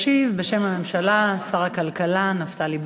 ישיב בשם הממשלה שר הכלכלה נפתלי בנט.